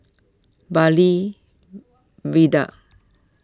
Bartley Viaduct